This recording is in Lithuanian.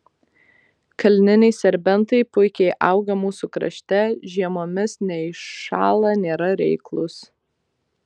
kalniniai serbentai puikiai auga mūsų krašte žiemomis neiššąla nėra reiklūs